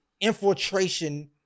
infiltration